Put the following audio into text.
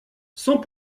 sans